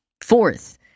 Fourth